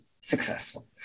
successful